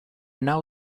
now